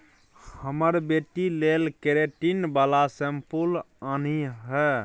हमर बेटी लेल केरेटिन बला शैंम्पुल आनिहे